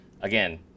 again